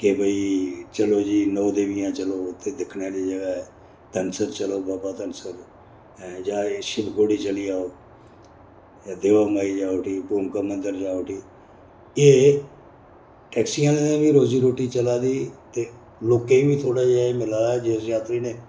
के भई चलो जी नौ देवियें चलो उत्थै दिक्खने आह्ली जगह ऐ धनसर चलो बाबा धनसर ऐ जां शिवखोड़ी चली जाओ जां देवा माई जाओ उठी भूमिका मंदर जाओ उठी एह् टैक्सियें आह्लें दी बी रोजी रुट्टी चला दी ते लोकें गी बी थोह्ड़ा जेहा मिला दा जिस जात्तरी ने